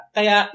Kaya